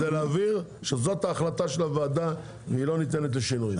ולהבהיר שזו ההחלטה של הוועדה והיא לא ניתנת לשינוי.